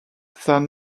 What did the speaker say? than